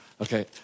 okay